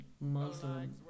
Muslim